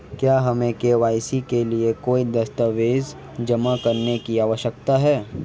क्या हमें के.वाई.सी के लिए कोई दस्तावेज़ जमा करने की आवश्यकता है?